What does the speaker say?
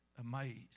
amazed